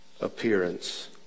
appearance